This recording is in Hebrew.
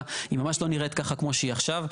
היא ממש לא נראית ככה כמו שהיא עכשיו.